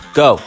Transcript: go